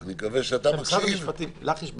בבקשה, נס.